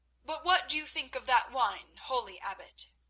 but what do you think of that wine, holy abbot?